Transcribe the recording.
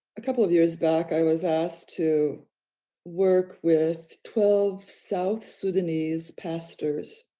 a couple of years back, i was asked to work with twelve, south sudanese pastors,